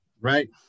Right